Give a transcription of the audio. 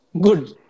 Good